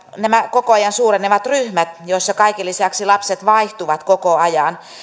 nämä koko ajan suurenevat ryhmät joissa kaiken lisäksi lapset vaihtuvat koko ajan